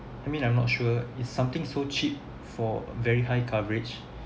I mean I'm not sure it's something so cheap for very high coverage